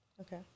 okay